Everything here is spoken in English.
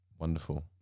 Wonderful